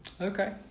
Okay